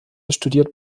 studiert